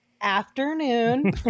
afternoon